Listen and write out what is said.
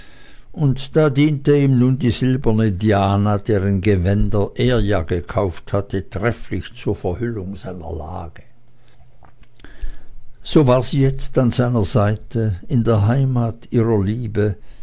und da diente ihm nun die silberne diana deren gewänder er ja gekauft hatte trefflich zur verhüllung seiner lage so war sie jetzt an seiner seite in der heimat ihrer liebe